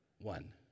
one